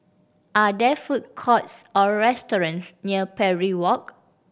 are there food courts or restaurants near Parry Walk